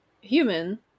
human